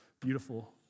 beautiful